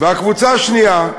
והקבוצה השנייה,